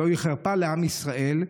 זוהי חרפה לעם ישראל,